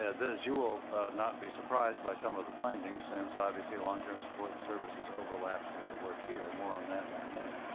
ah as you will not be surprised by some of the findings, since obviously long term support and services overlaps with the work here, more on that in a minute,